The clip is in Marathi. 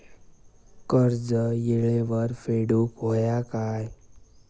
कर्ज येळेवर फेडूक होया काय?